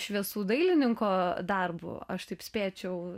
šviesų dailininko darbu aš taip spėčiau